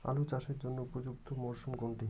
আলু চাষের জন্য উপযুক্ত মরশুম কোনটি?